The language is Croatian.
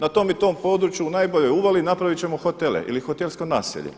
Na tom i tom području u najboljoj uvali napravit ćemo hotele ili hotelsko naselje.